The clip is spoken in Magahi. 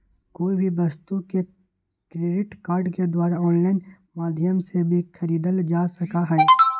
कोई भी वस्तु के क्रेडिट कार्ड के द्वारा आन्लाइन माध्यम से भी खरीदल जा सका हई